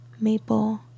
Maple